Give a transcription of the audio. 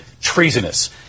treasonous